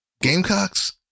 Gamecocks